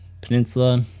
peninsula